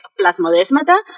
plasmodesmata